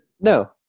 No